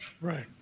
Right